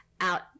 out